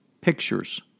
pictures